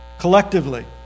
collectively